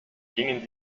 gingen